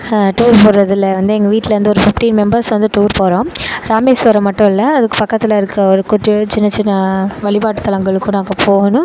tour போறதில் வந்து எங்கள் வீட்லேருந்து ஒரு ஃபிஃப்ட்டீன் மெம்பர்ஸ் வந்து டூர் போகிறோம் ராமேஸ்வரம் மட்டும் இல்லை அதுக்கு பக்கத்தில் இருக்க ஒரு சின்ன சின்ன வழிபாட்டுத் தலங்களுக்கும் நாங்கள் போகணும்